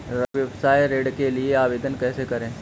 लघु व्यवसाय ऋण के लिए आवेदन कैसे करें?